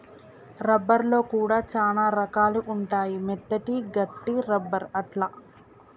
rubber లో కూడా చానా రకాలు ఉంటాయి మెత్తటి, గట్టి రబ్బర్ అట్లా